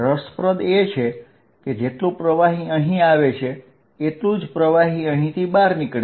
રસપ્રદ એ છે કે જેટલું પ્રવાહી અહીં આવે છે તેટલું જ પ્રવાહી અહીંથી બહાર નીકળે છે